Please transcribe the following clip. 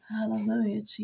Hallelujah